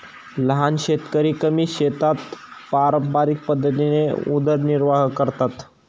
लहान शेतकरी कमी शेतात पारंपरिक पद्धतीने उदरनिर्वाह करतात